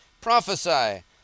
prophesy